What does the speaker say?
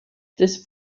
this